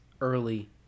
early